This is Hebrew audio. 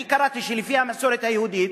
אני קראתי שלפי המסורת היהודית,